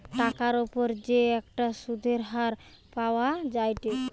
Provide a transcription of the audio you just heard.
টাকার উপর যে একটা সুধের হার পাওয়া যায়েটে